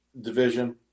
division